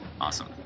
Awesome